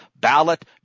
Ballot